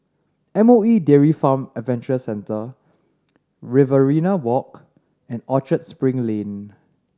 M O E Dairy Farm Adventure Centre Riverina Walk and Orchard Spring Lane